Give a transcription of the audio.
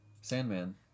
Sandman